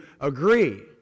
agree